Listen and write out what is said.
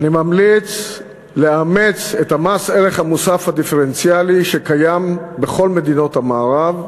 אני ממליץ לאמץ את מס הערך המוסף הדיפרנציאלי שקיים בכל מדינות המערב,